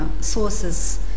sources